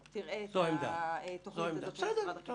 תראה את התוכנית הזו של משרד החינוך.